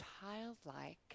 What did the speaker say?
childlike